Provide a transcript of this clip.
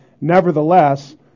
Nevertheless